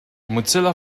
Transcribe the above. mozilla